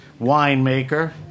winemaker